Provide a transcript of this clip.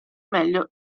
meglio